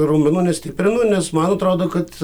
raumenų nestiprinu nes man atrodo kad